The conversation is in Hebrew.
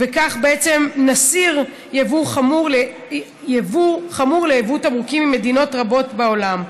וכך בעצם נסיר חסם יבוא חמור ליבוא תמרוקים ממדינות רבות בעולם.